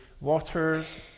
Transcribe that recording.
waters